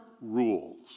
rules